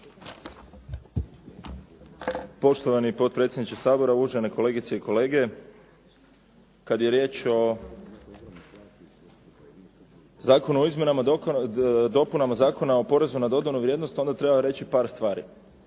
Poštovani potpredsjedniče Sabora, uvažene kolegice i kolege. Kad je riječ o Zakonu o izmjenama i dopunama Zakona o porezu na dodanu vrijednost onda treba reći par stvari.